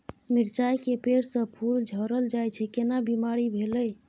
मिर्चाय के पेड़ स फूल झरल जाय छै केना बीमारी भेलई?